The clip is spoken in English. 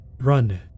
Run